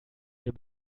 mir